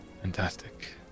Fantastic